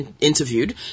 interviewed